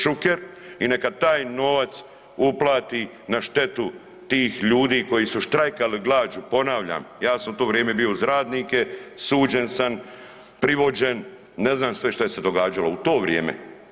Šuker i neka taj novac uplati na štetu tih ljudi koji su štrajkali glađu, ponavljam ja sam uz to vrijeme bio uz radnike, suđen sam, privođen, ne znam sve šta se je događalo u to vrijeme.